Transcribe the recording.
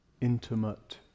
intimate